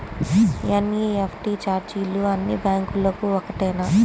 NEFT ఛార్జీలు అన్నీ బ్యాంక్లకూ ఒకటేనా?